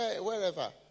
wherever